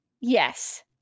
Yes